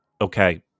Okay